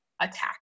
attack